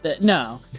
No